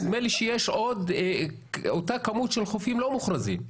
נדמה לי שיש עוד אותה כמות של חופים לא מוכרזים.